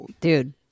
Dude